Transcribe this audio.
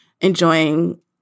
enjoying